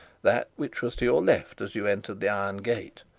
that which was to your left as you entered the iron gate,